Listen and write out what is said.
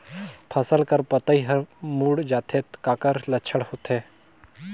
फसल कर पतइ हर मुड़ जाथे काकर लक्षण होथे?